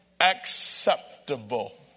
acceptable